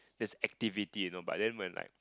there's activity you know but then when like